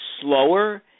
slower